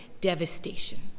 devastation